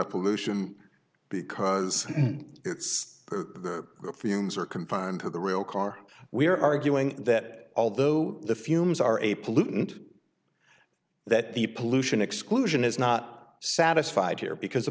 a pollution because it's the fumes are confined to the rail car we are arguing that although the fumes are a pollutant that the pollution exclusion is not satisfied here because